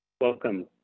Welcome